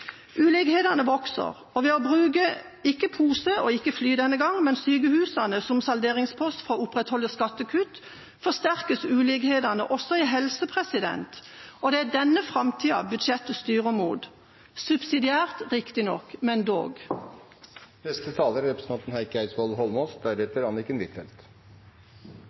Ulikhetene vokser, og ved å bruke – ikke pose og ikke fly denne gang – sykehusene som salderingspost for å opprettholde skattekutt, forsterkes ulikhetene også innenfor helse. Det er denne framtida budsjettet styrer mot – subsidiært riktignok, men dog. Er